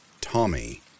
Tommy